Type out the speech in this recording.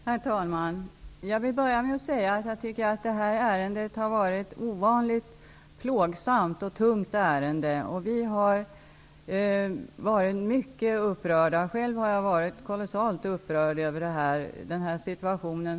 Herr talman! Jag vill börja med att säga att jag tycker att det här ärendet har varit ovanligt plågsamt och tungt. Vi har varit mycket upprörda. Själv har jag varit kolossalt upprörd över denna fullständigt absurda situation.